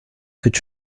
could